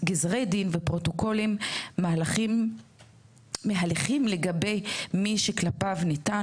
גזרי דין ופרוטוקולים מהליכים לגבי מי שכלפיו ניתן